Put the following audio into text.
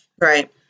Right